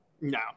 No